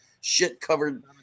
shit-covered